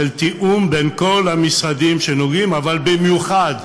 של תיאום בין כל המשרדים שנוגעים, אבל במיוחד,